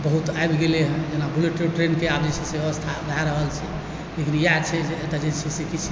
बहुत आबि गेलै हँ जेना बुलेटो ट्रेनके आब जे छै से आब व्यवस्था भए रहल छै लेकिन इएह छै जे एतय जे छै किछु